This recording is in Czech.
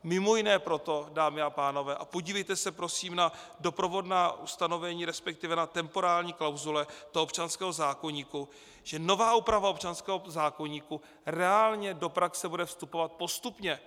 Mimo jiné proto, dámy a pánové, a podívejte se prosím na doprovodná ustanovení, resp. na temporální klauzule občanského zákoníku, že nová úprava občanského zákoníku reálně do praxe bude vstupovat postupně.